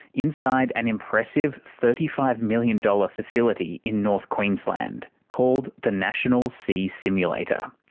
inside an impressive thirty five million dollars facility in north queensland called the national sea simulator,